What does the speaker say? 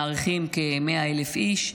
מעריכים כ-100,000 איש,